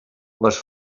les